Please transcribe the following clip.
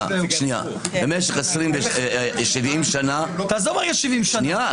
במשך 70 שנה --- תעזוב 70 שנה.